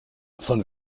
von